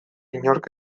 inork